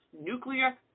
Nuclear